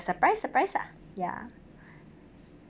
surprise surprise lah ya